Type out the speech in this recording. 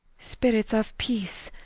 spirits of peace,